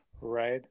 Right